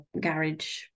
garage